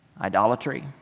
idolatry